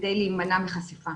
כדי להימנע מחשיפה.